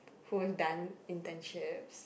who have done internships